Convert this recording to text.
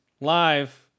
Live